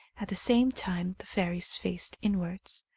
at the same time the fairies faced inwards.